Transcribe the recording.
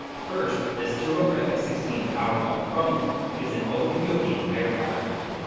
first, this turbografx sixteen power up promo gives an overview of the entire product line.